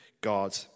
God